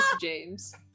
James